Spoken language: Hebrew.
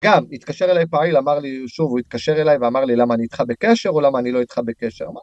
גם התקשר אליי פעיל אמר לי שוב הוא התקשר אליי ואמר לי למה אני איתך בקשר או למה אני לא איתך בקשר.